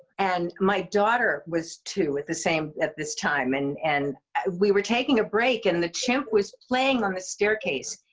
and my daughter was two at the same at this time. and and we were taking a break, and the chimp was playing on the staircase.